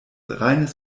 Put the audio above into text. reines